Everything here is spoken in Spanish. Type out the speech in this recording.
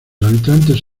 habitantes